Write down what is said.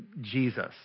Jesus